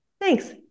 Thanks